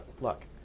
look